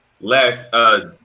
Last